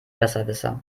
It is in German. besserwisser